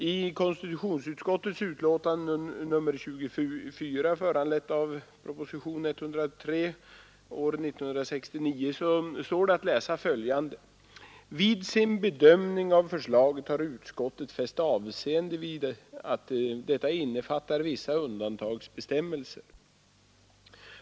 I konstitutionsutskottets utlåtande nr 24, föranlett av propositionen 103 år 1969, framhålles bl.a. följande: ”Vid sin bedömning av förslaget har utskottet fäst avseende vid att detta innefattar vissa undantagsbestämmel ser.